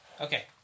okay